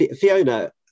Fiona